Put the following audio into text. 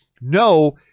no